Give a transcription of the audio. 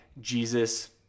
Jesus